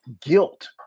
guilt